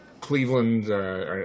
Cleveland